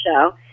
show